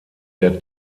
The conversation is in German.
der